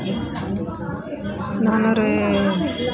நான் ஒரு